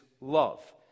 love